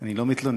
אני לא מתלונן.